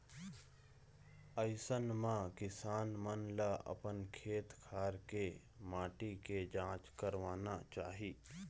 अइसन म किसान मन ल अपन खेत खार के माटी के जांच करवाना चाही